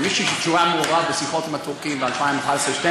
כמי שהיה מעורב בשיחות עם הטורקים ב-2012-2011,